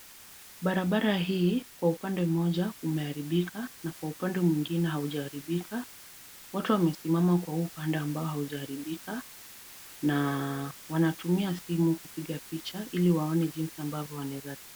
Barabara hii kwa upande moja umeharibika na kwa upande mwingine haujaharibika. Watu wamesimama kwa huu upande ambao haujaharibika na wanatumia simu kupiga picha ili waone jinsi ambavyo wanaeza pita.